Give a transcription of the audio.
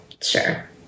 Sure